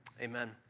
Amen